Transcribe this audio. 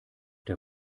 der